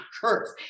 curse